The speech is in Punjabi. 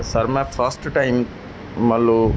ਅਤੇ ਸਰ ਮੈਂ ਫਸਟ ਟਾਈਮ ਮੰਨ ਲਓ